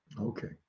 Okay